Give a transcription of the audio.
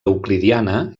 euclidiana